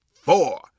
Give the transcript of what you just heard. four